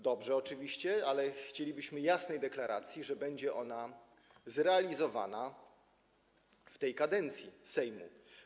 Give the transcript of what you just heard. Dobrze oczywiście, ale chcielibyśmy jasnej deklaracji, że będzie ona zrealizowana w tej kadencji Sejmu.